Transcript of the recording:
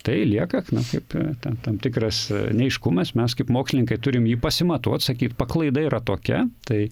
tai lieka na kaip t tam tam tikras neaiškumas mes kaip mokslininkai turim jį pasimatuot sakyt paklaida yra tokia tai